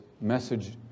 message